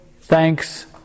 Thanks